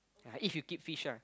uh if you keep fish lah